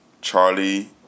charlie